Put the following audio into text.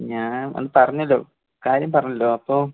ഞാൻ അന്ന് പറഞ്ഞല്ലോ കാര്യം പറഞ്ഞല്ലോ അപ്പം